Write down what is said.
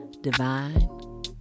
Divine